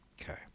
Okay